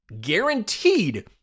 guaranteed